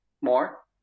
more